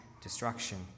destruction